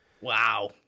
Wow